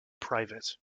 private